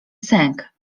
sęk